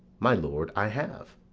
my lord, i have.